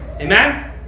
amen